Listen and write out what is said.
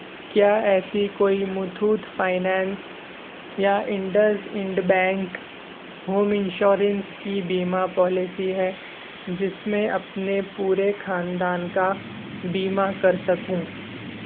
کیا ایسی کوئی متھوتھ فائننس یا IndusInd bank home insurance کی بیمہ پالیسی ہے جس میں اپنے پورے کھاندان کا بیمہ کر سکوں